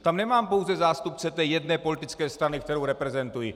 Tam nemám pouze zástupce té jedné politické strany, kterou reprezentuji.